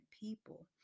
people